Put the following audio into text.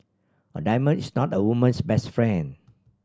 a diamond is not a woman's best friend